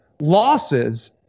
losses